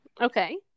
Okay